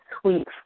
sweet